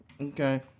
Okay